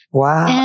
Wow